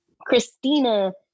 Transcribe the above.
Christina